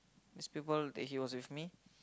these people that he was with me